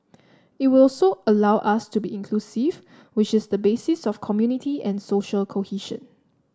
it would also allow us to be inclusive which is the basis of community and social cohesion